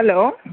hello